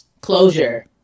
Closure